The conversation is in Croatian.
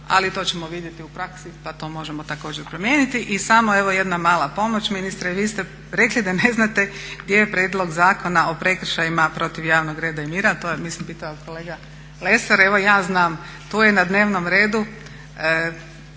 Ali to ćemo vidjeti u praksi pa to možemo također promijeniti. I samo evo jedna mala pomoć ministre. Vi ste rekli da ne znate gdje je prijedlog zakona o prekršajima protiv javnog reda i mira. To je mislim pitao kolega Lesar. Evo ja znam, tu je na dnevnom redu